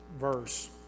verse